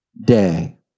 day